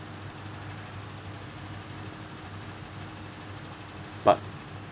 but